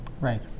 Right